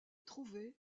trouvé